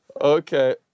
Okay